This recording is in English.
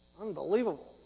Unbelievable